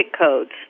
codes